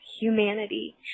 humanity